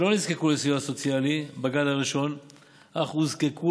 שלא נזקקו לסיוע סוציאלי בגל הראשון אך נזקקו